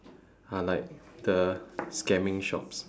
are like the scamming shops